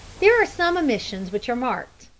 there are some omissions which are marked,